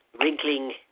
wrinkling